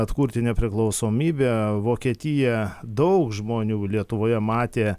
atkurti nepriklausomybę vokietiją daug žmonių lietuvoje matė